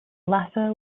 latter